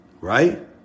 right